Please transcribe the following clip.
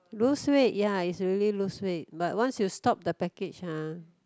lose weight ya is already lose weight but once you stop the package [huh]